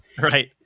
right